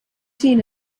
seen